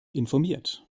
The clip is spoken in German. informiert